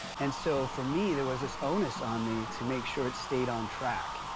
and so for me, there was this onus on me to make sure it stayed on track.